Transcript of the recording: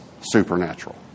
supernatural